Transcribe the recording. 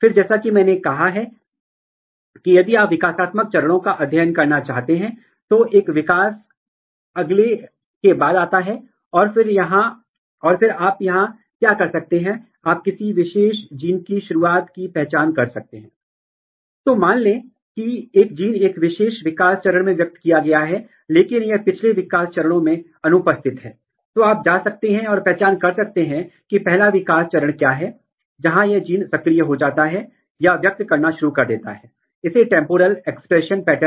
transcription factor के लिए यदि आप यह निर्धारित करना चाहते हैं कि तंत्र क्या है कि एक विशेष ट्रांसक्रिप्शन फ़ैक्टर किसी विशेष विकासात्मक मार्ग को कैसे नियंत्रित कर रहा है तो आपको यह पहचानना होगा कि इस ट्रांसक्रिप्शन फ़ैक्टर द्वारा नियंत्रित जीन क्या